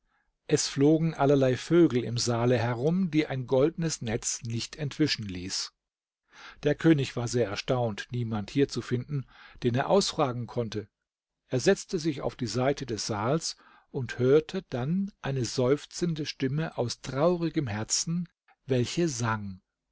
es flogen allerlei vögel im saale herum die ein goldnes netz nicht entwischen ließ der könig war sehr erstaunt niemand hier zu finden den er ausfragen konnte er setzte sich auf die seite des saals und hörte dann eine seufzende stimme aus traurigem herzen welche sang